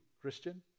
Christian